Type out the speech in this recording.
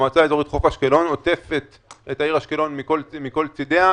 המועצה האזורית חוף אשקלון עוטפת את העיר אשקלון מכל צדדיה.